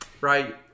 Right